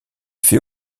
fait